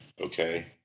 Okay